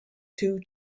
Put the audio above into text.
two